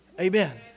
Amen